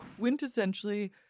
quintessentially